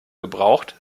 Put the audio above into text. gebraucht